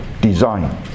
design